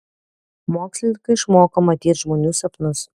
mokslininkai išmoko matyt žmonių sapnus